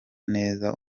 neza